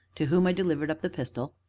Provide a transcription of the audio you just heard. to whom i delivered up the pistol,